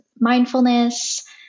mindfulness